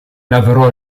lavorò